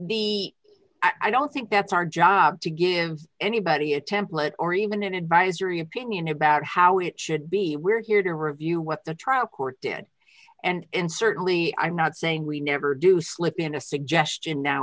the d i don't think that's our job to give anybody a template or even an advisory opinion about how it should be we're here to review what the trial court did and certainly i'm not saying we never do slip in a suggestion now